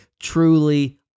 truly